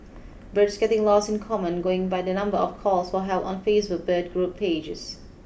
birds getting lost in common going by the number of calls for help on Facebook bird group pages